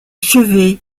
chevet